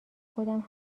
خودم